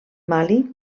mali